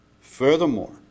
Furthermore